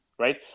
right